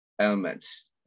elements